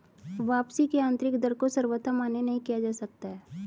वापसी की आन्तरिक दर को सर्वथा मान्य नहीं किया जा सकता है